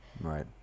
Right